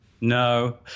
No